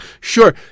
Sure